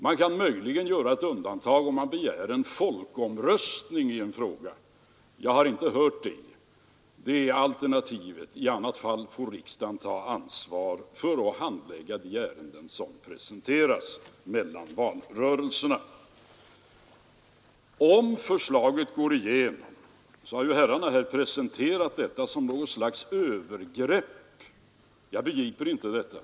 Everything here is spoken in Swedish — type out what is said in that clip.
Man kan möjligen göra ett undantag om man begär en folkomröstning i en fråga, men jag har inte hört det alternativet nämnas, och då får riksdagen ta ansvar för att handlägga de ärenden som presenteras mellan valrörelserna. Om förslaget går igenom, har herrarna anfört, skulle det vara något slags övergrepp. Jag begriper inte detta!